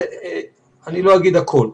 אני לא אגיד הכול,